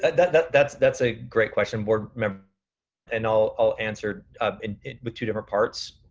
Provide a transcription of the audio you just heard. and and that's that's a great question board member and i'll answer it with two different parts.